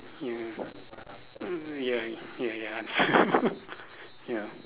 ya mm ya ya yes ya